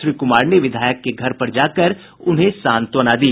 श्री कुमार ने विधायक के घर पर जाकर उन्हें सांत्वना दी